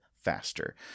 faster